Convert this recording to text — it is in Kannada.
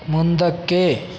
ಮುಂದಕ್ಕೆ